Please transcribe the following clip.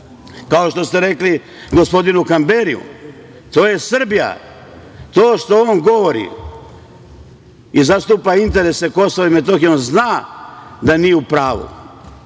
itd. Kao što ste rekli gospodinu Kamberiju – to je Srbija. To što on govori i zastupa interese Kosova i Metohije, on zna da nije u pravu,